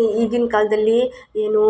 ಈ ಈಗಿನ ಕಾಲದಲ್ಲಿ ಏನು